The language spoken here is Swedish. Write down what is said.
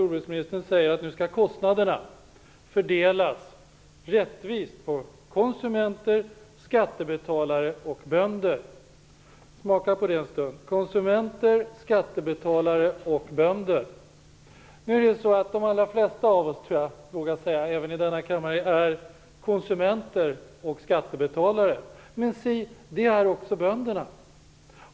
Jordbruksministern säger att kostnaderna nu skall fördelas rättvist på konsumenter, skattebetalare och bönder. Smaka på det en stund - konsumenter, skattebetalare och bönder. Jag vågar säga att de flesta av oss här i kammaren är konsumenter och skattebetalare, men si, det är också bönderna.